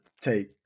take